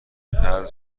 حرف